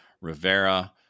Rivera